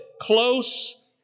close